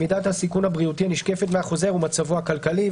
מידת הסיכון הבריאותי הנשקפת מהחוזר ומצבו הכלכלי.